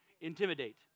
intimidate